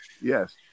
yes